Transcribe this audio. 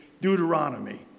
Deuteronomy